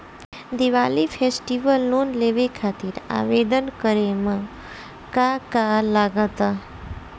Diwali festival loan लेवे खातिर आवेदन करे म का का लगा तऽ?